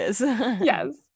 yes